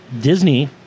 Disney